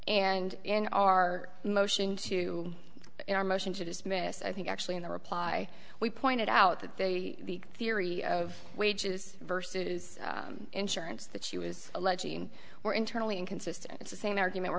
and in our motion to our motion to dismiss i think actually in the reply we pointed out that the theory of wages versus it is insurance that she was alleging or internally inconsistent it's the same argument we're